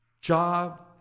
job